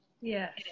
Yes